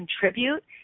contribute